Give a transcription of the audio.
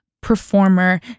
performer